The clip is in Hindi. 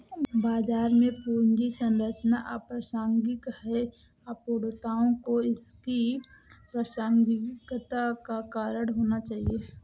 बाजार में पूंजी संरचना अप्रासंगिक है, अपूर्णताओं को इसकी प्रासंगिकता का कारण होना चाहिए